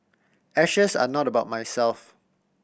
ashes are not about myself